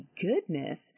goodness